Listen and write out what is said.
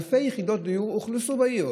אלפי יחידות דיור אוכלסו בעיר.